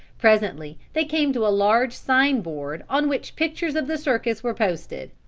presently they came to a large sign-board on which pictures of the circus were posted.